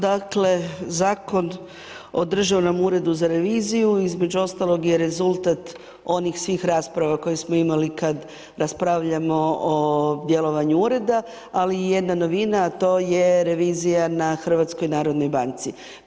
Dakle, Zakon o Državnom uredu za reviziju između ostalog je rezultat onih svih rasprava koje smo imali kad raspravljamo o djelovanju ureda ali i jedna novina a to je revizija na HNB-u.